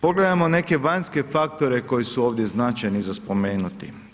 Pogledajmo neke vanjske faktore koji su ovdje značajni za spomenuti.